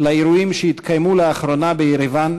לאירועים שהתקיימו לאחרונה בירוואן